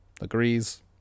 Agrees